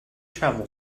travel